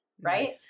right